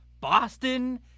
Boston